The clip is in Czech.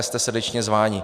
Jste srdečně zváni.